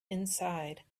inside